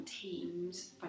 teams